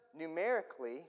numerically